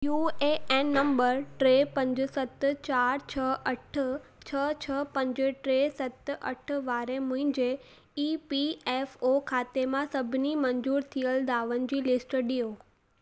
U A N नंॿर टे पंज सत चार छह अठु छह छह पंजु टे सत अठ वारे मुंहिंजे ई पी एफ ओ खाते मां सभिनी मंज़ूर थियल दावनि जी लिस्ट ॾियो